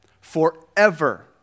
forever